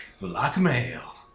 Blackmail